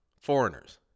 foreigners